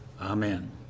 amen